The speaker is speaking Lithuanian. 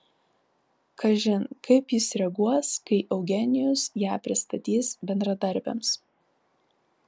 kažin kaip jis reaguos kai eugenijus ją pristatys bendradarbiams